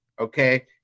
okay